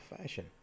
fashion